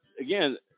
again